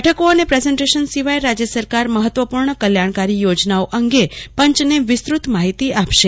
બેઠકો અને પ્રેઝેન્ટેશન સિવાય રાજ્ય સરકાર મહત્ત્વપૂર્ણ કલ્યાણકારી યોજનાઓ અંગે પંચને વિસ્તૃત માહિતી આપશે